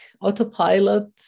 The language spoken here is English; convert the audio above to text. autopilot